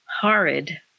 horrid